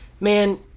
man